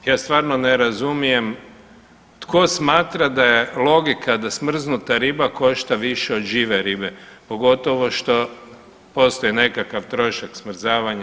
Ja stvarno ne razumijem tko smatra da je logika da smrznuta riba košta više od žive ribe pogotovo što postoji nekakav trošak smrzavanja.